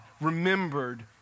remembered